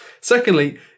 Secondly